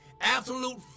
absolute